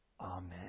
Amen